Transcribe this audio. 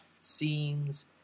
scenes